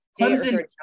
Clemson